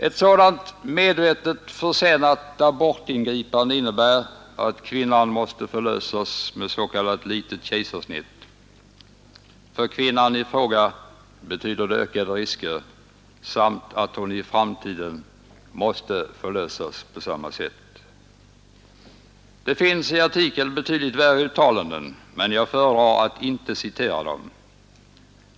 Ett sådant medvetet försenat abortingripande innebär att kvinnan måste förlösas med s.k. litet kejsarsnitt. För kvinnan i fråga betyder det ökade risker samt fara för att hon i framtiden måste förlösas på samma sätt. Det finns i artikeln betydligt värre uttalanden, men jag föredrar att inte citera dem.